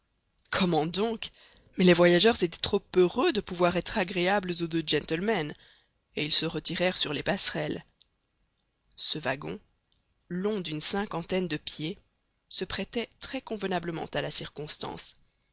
comment donc mais les voyageurs étaient trop heureux de pouvoir être agréables aux deux gentlemen et ils se retirèrent sur les passerelles ce wagon long d'une cinquantaine de pieds se prêtait très convenablement à la circonstance